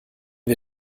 wir